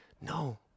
no